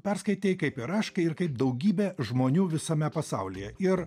perskaitei kaip ir aš kai ir kaip daugybė žmonių visame pasaulyje ir